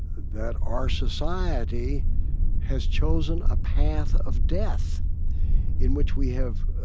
that our society has chosen a path of death in which we have